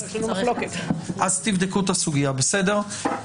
תבדקו את הסוגייה הזאת.